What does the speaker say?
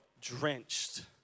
drenched